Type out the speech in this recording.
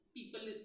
people